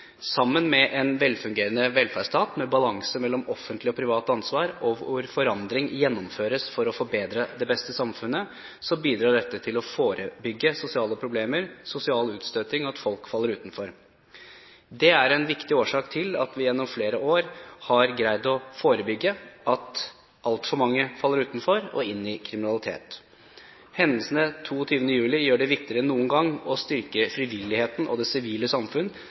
Sammen med en velfungerende velferdsstat, med balanse mellom offentlig og privat ansvar, og hvor forandring gjennomføres for å forbedre det beste i samfunnet, bidrar dette til å forebygge sosiale problemer, sosial utstøting og at folk faller utenfor. Dette er en viktig årsak til at vi gjennom flere år har greid å forebygge at altfor mange faller utenfor og inn i kriminalitet. Hendelsene 22. juli gjør det viktigere enn noen gang å styrke frivilligheten og det sivile samfunn,